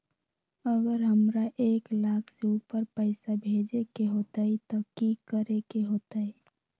अगर हमरा एक लाख से ऊपर पैसा भेजे के होतई त की करेके होतय?